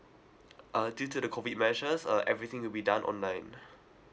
uh due to the COVID measures uh everything will be done online